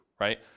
right